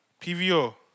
PVO